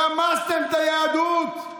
רמסתם את היהדות,